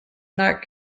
not